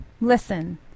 Listen